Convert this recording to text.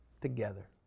together